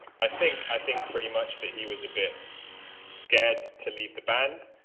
i think i think pretty much that he was a bit scared to leave the band